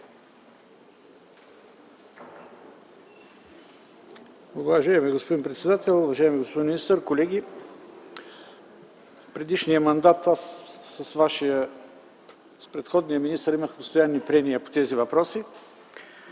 Уважаеми господин председател, уважаеми господин министър, колеги! В предишния мандат с предходния министър имахме постоянни прения по тези въпроси.